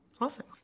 Awesome